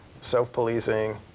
self-policing